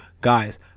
guys